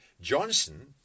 Johnson